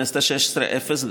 בכנסת השבע-עשרה, אפס.